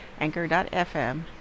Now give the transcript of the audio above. anchor.fm